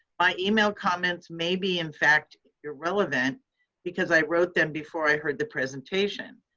my email comments may be in fact irrelevant because i wrote them before i heard the presentation.